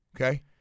Okay